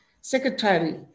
secretary